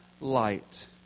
light